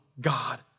God